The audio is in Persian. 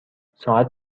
ساعت